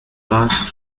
boss